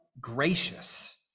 gracious